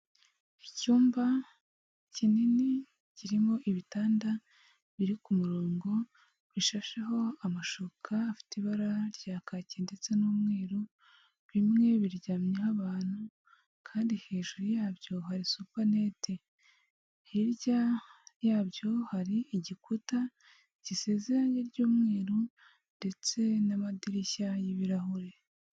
Icyumba kinini kirimo ibitanda biri ku murongo bishasheho amashuka afite ibara rya kaki ndetse n'umweru, bimwe biryamyeho abantu kandi hejuru yabyo hari supenete, hirya yabyo hari igikuta gisize irange ry'umweru ndetse n'amadirishya y'ibirahure.